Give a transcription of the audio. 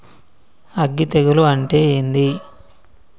అగ్గి తెగులు అంటే ఏంది?